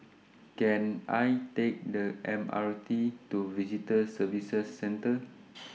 Can I Take The M R T to Visitor Services Centre